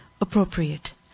appropriate